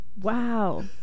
Wow